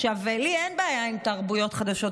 לי אין בעיה עם תרבויות חדשות,